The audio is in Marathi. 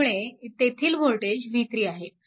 त्यामुळे तेथील वोल्टेज v3 आहे